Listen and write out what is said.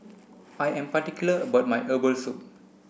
I am particular about my herbal soup